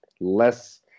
less